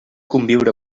conviure